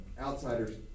outsiders